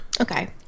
Okay